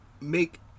make